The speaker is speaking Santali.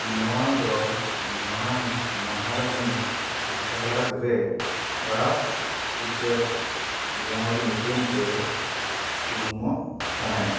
ᱱᱚᱣᱟᱫᱚ ᱢᱟᱨᱟᱝ ᱢᱚᱦᱟᱨᱟᱱᱤ ᱩᱥᱟᱨᱟᱡᱽᱨᱮ ᱴᱨᱟᱥᱴ ᱠᱨᱤᱠᱮᱴ ᱜᱨᱟᱣᱩᱱᱰ ᱧᱩᱛᱩᱢᱛᱮ ᱩᱨᱩᱢᱚᱜ ᱛᱟᱦᱮᱸᱫ